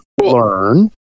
learn